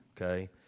okay